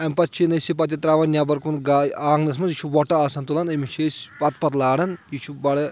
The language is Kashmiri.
امہِ پَتہٕ چھِنہٕ أسۍ یہِ پَتہٕ یہِ ترٛاوَان نؠبَر کُن گاے آنٛگنَس منٛز یہِ چھُ وۄٹہٕ آسَان تُلان أمِس چھِ أسۍ پَتہٕ پَتہٕ لارَان یہِ چھُ بَڑٕ